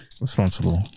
responsible